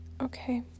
Okay